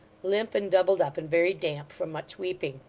limp and doubled up, and very damp from much weeping.